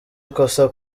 ikosa